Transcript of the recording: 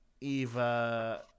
eva